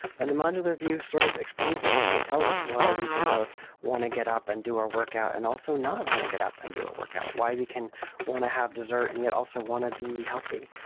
and the modular view sort of explains that, it tells us why we can both want to get up and do our workout and also not want to get up and do our workout. why we can want to have dessert and also want to be healthy.